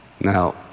Now